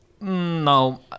no